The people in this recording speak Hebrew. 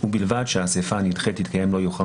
ובלבד שהאסיפה הנדחית תתקיים לא יאוחר